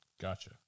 Gotcha